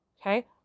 Okay